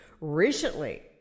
Recently